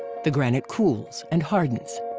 the granite cools and hardens.